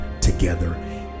together